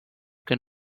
can